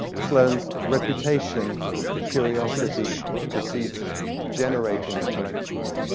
sloane's reputation for curiosity precedes him, generating the collections.